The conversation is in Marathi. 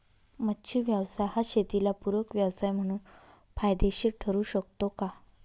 मच्छी व्यवसाय हा शेताला पूरक व्यवसाय म्हणून फायदेशीर ठरु शकतो का?